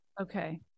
Okay